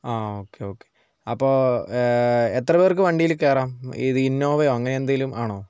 ആഹ് okay okay അപ്പോൾ എത്രപേർക്ക് വണ്ടിയിൽ കയറാം ഇത് ഇന്നോവയോ അങ്ങനെയെന്തെങ്കിലും ആണോ